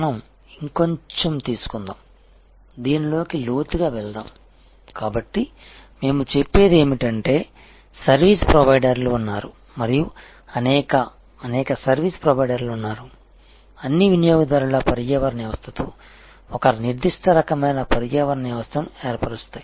మనం ఇంకొంచెం తీసుకుందాం దీనిలోకి లోతుగా వెళ్దాం కాబట్టి మేము చెప్పేది ఏమిటంటే సర్వీస్ ప్రొవైడర్లు ఉన్నారు మరియు అనేక అనేక సర్వీస్ ప్రొవైడర్లు ఉన్నారు అన్నీ వినియోగదారుల పర్యావరణ వ్యవస్థతో ఒక నిర్దిష్ట రకమైన పర్యావరణ వ్యవస్థను ఏర్పరుస్తాయి